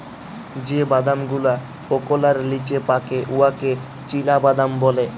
যে বাদাম গুলা ওকলার লিচে পাকে উয়াকে চিলাবাদাম ব্যলে